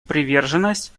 приверженность